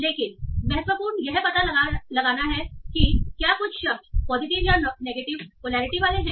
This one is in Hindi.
लेकिन महत्वपूर्ण यह पता लगा रहा है कि क्या कुछ शब्द पॉजिटिव या नेगेटिव पोलैरिटी वाले हैं